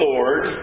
Lord